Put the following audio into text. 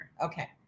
Okay